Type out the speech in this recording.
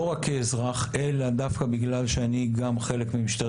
לא רק כאזרח אלא דווקא בגלל שאני גם חלק ממשטרת